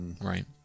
Right